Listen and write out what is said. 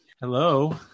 Hello